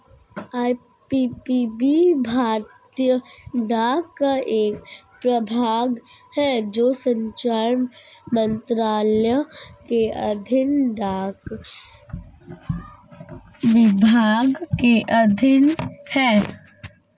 IPPB भारतीय डाक का एक प्रभाग है जो संचार मंत्रालय के अधीन डाक विभाग के अधीन है